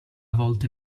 volte